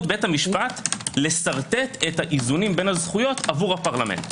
בית המשפט לשרטט את האיזונים בין הזכויות עבור הפרלמנט.